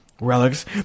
relics